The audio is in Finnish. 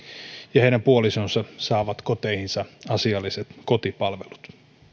ja heidän puolisonsa saavat koteihinsa asialliset kotipalvelut